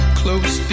close